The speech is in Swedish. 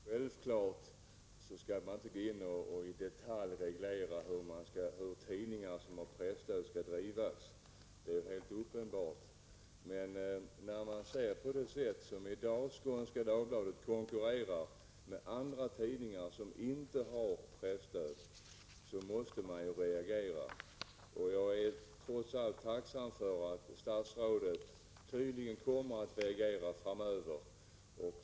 Herr talman! Självfallet skall man inte detaljreglera hur de tidningar som har presstöd skall drivas. Det är helt uppenbart. Men när man ser hur Skånska Dagbladet i dag konkurrerar med tidningar som inte har presstöd måste man reagera. Jag är trots allt tacksam för att statsrådet tydligen kommer att agera framöver.